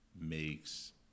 makes